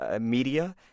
media